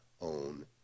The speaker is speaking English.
own